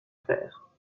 faire